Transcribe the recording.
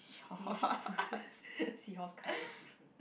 seahorse seahorse colors different